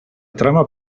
trama